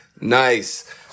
Nice